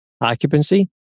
occupancy